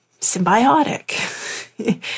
symbiotic